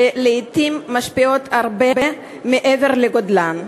שלעתים משפיעות הרבה מעבר לגודלן.